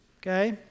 okay